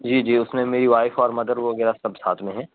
جی جی اس میں میری وائف اور مدر وغیرہ سب ساتھ میں ہیں